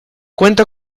cuenta